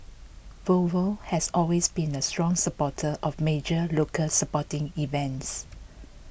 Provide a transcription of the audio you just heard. Volvo has always been a strong supporter of major local sporting events